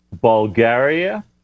Bulgaria